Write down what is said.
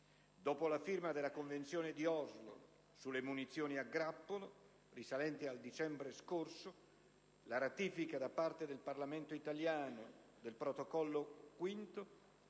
Dopo la firma della Convenzione di Oslo sulle munizioni a grappolo, risalente al dicembre scorso, la ratifica da parte del Parlamento italiano del Protocollo V